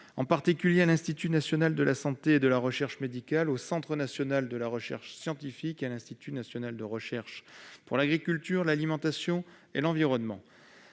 notamment à l'Institut national de la santé et de la recherche médicale, au Centre national de la recherche scientifique et à l'Institut national de recherche pour l'agriculture, l'alimentation et l'environnement.